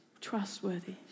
trustworthy